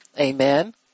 Amen